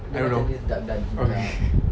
I don't know okay